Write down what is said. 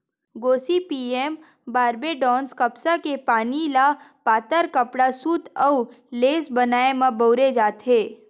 Gossypium barbadense कपसा के पोनी ल पातर कपड़ा, सूत अउ लेस बनाए म बउरे जाथे